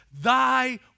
Thy